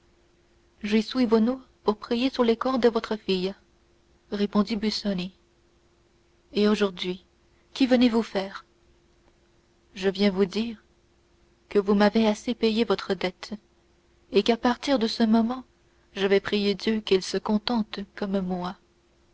j'y suis venu pour prier sur le corps de votre fille répondit busoni et aujourd'hui qu'y venez-vous faire je viens vous dire que vous m'avez assez payé votre dette et qu'à partir de ce moment je vais prier dieu qu'il se contente comme moi